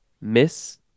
Miss